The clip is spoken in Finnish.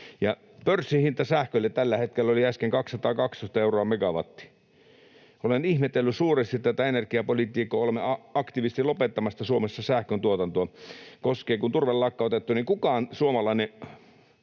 Pörssihinta sähkölle tällä hetkellä oli äsken 212 euroa megawattitunti. Olen ihmetellyt suuresti tätä energiapolitiikkaa. Olemme aktiivisesti lopettamassa Suomessa sähköntuotantoa. Tässä salissa kovin vähän oli